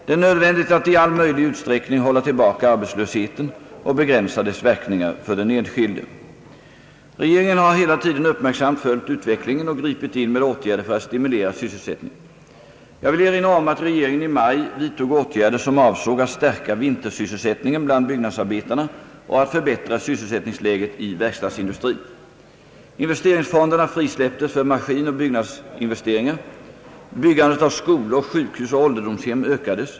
Det är nödvändigt att i all möjlig utsträckning hålla tillbaka arbetslösheten och begränsa dess verkningar för den enskilde. Regeringen har hela tiden uppmärksamt följt utvecklingen och gripit in med åtgärder för att stimulera sysselsättningen. Jag vill erinra om att regeringen i maj vidtog åtgärder som avsåg att stärka vintersysselsättningen bland byggnadsarbetarna och att förbättra sysselsättningsläget i verkstadsindustrin. = Investeringsfonderna = frisläpptes för maskinoch byggnadsinvesteringar. Byggandet av skolor, sjukhus och ålderdomshem ökades.